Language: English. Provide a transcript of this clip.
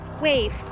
Wave